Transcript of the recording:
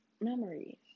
memories